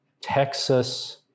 Texas